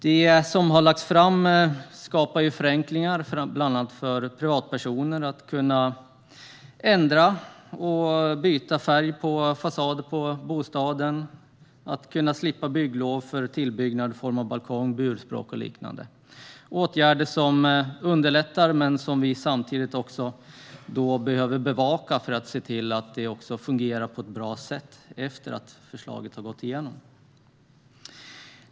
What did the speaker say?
De förslag som har lagts fram skapar förenklingar. Bland annat gör de att det blir enklare för privatpersoner att kunna göra ändringar, att byta färg på bostadens fasad och att kunna slippa bygglov för tillbyggnad i form av balkong, burspråk eller liknande. Dessa åtgärder kommer att underlätta, men vi kommer att behöva följa upp dem för att se till att det hela fungerar på ett bra sätt efter att förslagen har gått igenom.